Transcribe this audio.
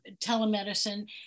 telemedicine